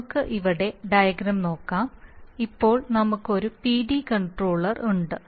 നമുക്ക് ഇവിടെ ഡയഗ്രം നോക്കാം ഇപ്പോൾ നമുക്ക് ഒരു പിഡി കൺട്രോളർ ഉണ്ട്